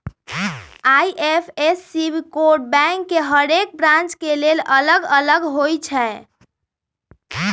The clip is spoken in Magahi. आई.एफ.एस.सी कोड बैंक के हरेक ब्रांच के लेल अलग अलग होई छै